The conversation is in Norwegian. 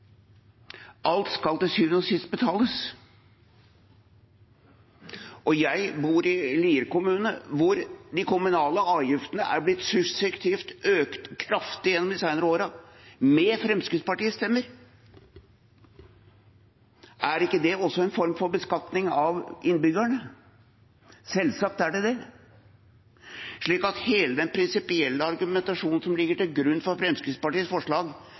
Alt skal til syvende og sist betales. Jeg bor i Lier kommune, hvor de kommunale avgiftene er blitt suksessivt økt kraftig de senere årene – med Fremskrittspartiets stemmer. Er ikke det også en form for beskatning av innbyggerne? Selvsagt er det det. Hele den prinsipielle argumentasjonen som ligger til grunn for Fremskrittspartiets forslag,